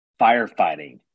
firefighting